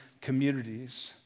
communities